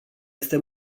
este